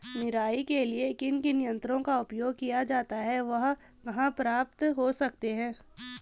निराई के लिए किन किन यंत्रों का उपयोग किया जाता है वह कहाँ प्राप्त हो सकते हैं?